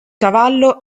cavallo